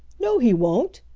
no, he won't,